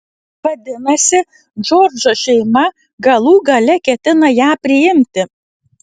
vadinasi džordžo šeima galų gale ketina ją priimti